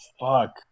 fuck